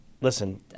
listen